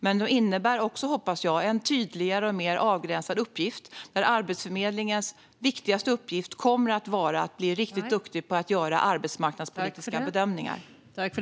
Men jag hoppas att det innebär en tydligare och mer avgränsad uppgift, där Arbetsförmedlingens viktigaste uppgift kommer att vara att bli riktigt duktig på att göra arbetsmarknadspolitiska bedömningar.